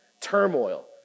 turmoil